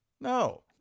No